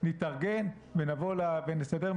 לא סיפרו